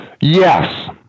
Yes